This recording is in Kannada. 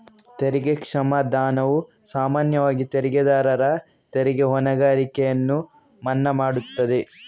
ತೆರಿಗೆ ಕ್ಷಮಾದಾನವು ಸಾಮಾನ್ಯವಾಗಿ ತೆರಿಗೆದಾರರ ತೆರಿಗೆ ಹೊಣೆಗಾರಿಕೆಯನ್ನು ಮನ್ನಾ ಮಾಡುತ್ತದೆ